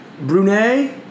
Brunei